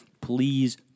Please